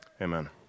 Amen